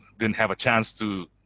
didn't have a chance to